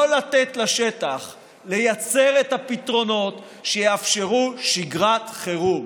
לתת לשטח לייצר את הפתרונות שיאפשרו שגרת חירום?